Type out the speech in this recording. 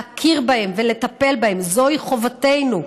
להכיר בהם ולטפל בהם, זוהי חובתנו.